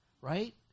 right